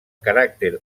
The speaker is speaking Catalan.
caràcter